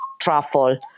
truffle